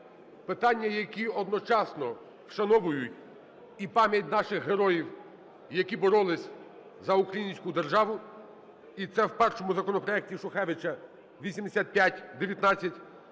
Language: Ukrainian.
Питання, які одночасно вшановують і пам'ять наших героїв, які боролись за українську державу, і це в першому законопроекті Шухевича 8519,